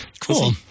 cool